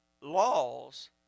laws